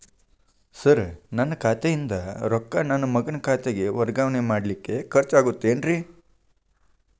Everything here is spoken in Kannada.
ಸರ್ ನನ್ನ ಖಾತೆಯಿಂದ ರೊಕ್ಕ ನನ್ನ ಮಗನ ಖಾತೆಗೆ ವರ್ಗಾವಣೆ ಮಾಡಲಿಕ್ಕೆ ಖರ್ಚ್ ಆಗುತ್ತೇನ್ರಿ?